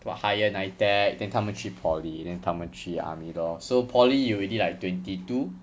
what higher NITEC then 他们去 poly then 他们去 army lor so poly you already like twenty two